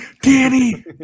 Danny